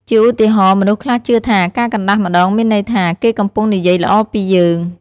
ជាឧទាហរណ៍ មនុស្សខ្លះជឿថា ការកណ្តាស់ម្ដងមានន័យថា គេកំពុងនិយាយល្អពីយើង។